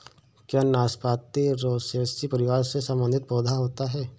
क्या नाशपाती रोसैसी परिवार से संबंधित पौधा होता है?